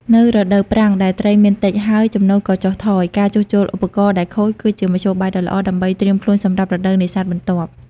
នៅរដូវប្រាំងដែលត្រីមានតិច ហើយចំណូលក៏ចុះថយ ការជួសជុលឧបករណ៍ដែលខូចគឺជាមធ្យោបាយដ៏ល្អដើម្បីត្រៀមខ្លួនសម្រាប់រដូវនេសាទបន្ទាប់។